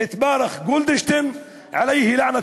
את ברוך גולדשטיין (אומר מילים בשפה הערבית,